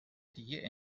دیگه